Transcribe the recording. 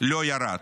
לא ירד.